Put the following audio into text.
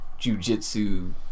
jujitsu